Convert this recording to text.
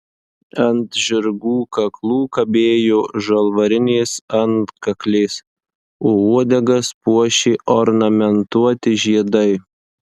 ant žirgų kaklų kabėjo žalvarinės antkaklės o uodegas puošė ornamentuoti žiedai